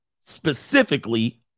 specifically